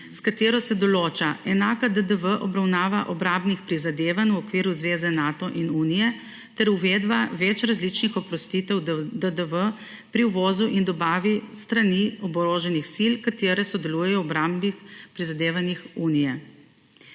s katero se določa enaka DDV obravnava obrambnih prizadevanj v okviru zveze Nato in Unije ter uvedba več različnih oprostitev DDV pri uvozu in dobavi s strani oboroženih sil, katere sodelujejo v obrambnih prizadevanjih Unije.